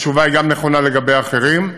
התשובה גם נכונה לגבי האחרים.